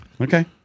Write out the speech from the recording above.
Okay